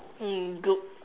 mm good